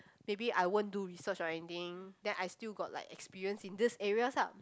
maybe I won't do research or anything then I still got like experience in these areas ah